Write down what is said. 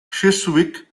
chiswick